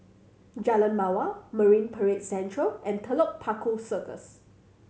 Jalan Mawar Marine Parade Central and Telok Paku Circus